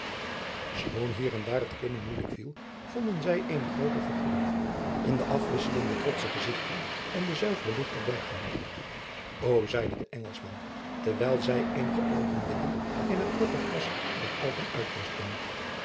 schoon hier en daar het klimmen moeijelijk viel vonden zij eene groote vergoeding in de afwisselende trotsche gezigten en de zuivere lucht der bergen o zeide de engelschman terwijl zij eenige oogenblikken in het korte gras der alpen uitrustten